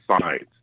science